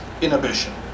inhibition